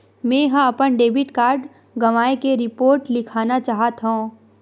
मेंहा अपन debit card गवाए के रिपोर्ट लिखना चाहत हव